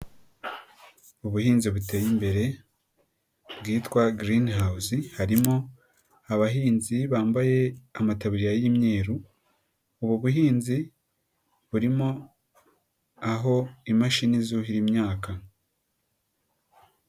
Ubuhinzi buteye imbere bwitwa Green house, harimo abahinzi bambaye amatabiriya y'imyeru, ubu buhinzi burimo aho imashini zuhira imyaka.